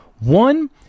One